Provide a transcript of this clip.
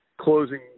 closing